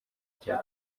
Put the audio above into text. rya